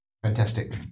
Fantastic